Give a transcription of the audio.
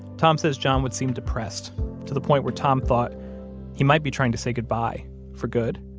tom says john would seem depressed to the point where tom thought he might be trying to say goodbye for good.